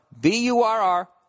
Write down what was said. B-U-R-R